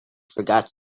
forgot